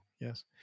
Yes